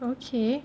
okay